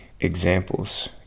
examples